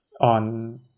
on